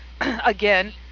again